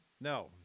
No